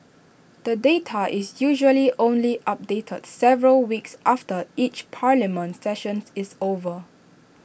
the data is usually only updated several weeks after each parliament sessions is over